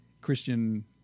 Christian